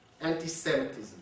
anti-Semitism